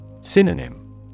Synonym